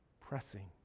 pressing